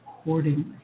accordingly